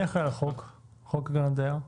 מי אחראי על חוק הגנת הדייר?